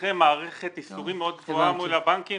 אחרי מערכת ייסורים מאוד קשה מול הבנקים